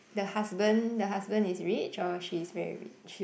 the husband the husband is rich or she is very rich